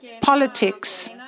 politics